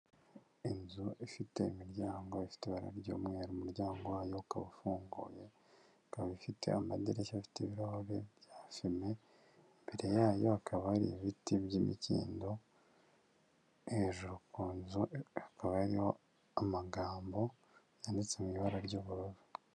Inzu ifite imiryango ifite ibara ry'umweru umuryango wayo ukaba ufunguye, ikaba ifite amadirishya afite ibirahure bya fime, imbere yayo hakaba hari ibiti by'imikindo, hejuru ku nzu hakaba hariho amagambo yanditse mu ibara ry'ubururu.